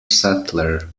settler